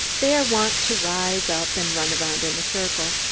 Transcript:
they are wont to rise up and run around in a circle.